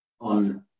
on